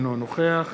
אינו נוכח